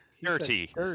dirty